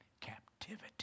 captivity